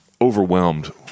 overwhelmed